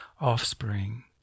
offspring